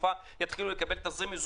זה קרה בוועדת החוקה.